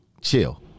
chill